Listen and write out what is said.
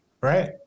right